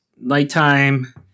nighttime